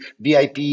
VIP